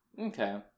Okay